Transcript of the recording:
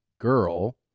Girl